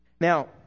Now